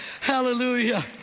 Hallelujah